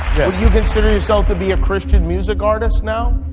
though you consider yourself to be a christian music artist now